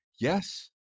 yes